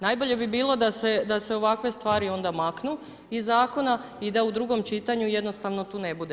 Najbolje bi bilo da se ovakve stvari onda maknu iz zakona i da u drugom čitanju jednostavno tu ne bude.